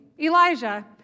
Elijah